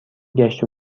گشت